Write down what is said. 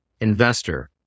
investor